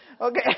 Okay